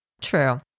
true